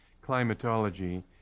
climatology